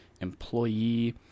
employee